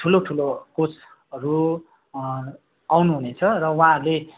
ठुलो ठुलो कोचहरू आउनुहुनेछ र उहाँहरूले